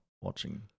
watching